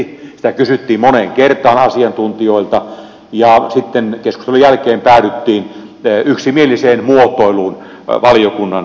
sitä kysyttiin moneen kertaan asiantuntijoilta ja sitten keskustelujen jälkeen päädyttiin yksimieliseen muotoiluun valiokunnan sisällä